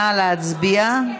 נא להצביע.